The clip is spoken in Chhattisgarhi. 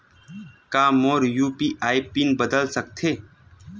का मोर यू.पी.आई पिन बदल सकथे?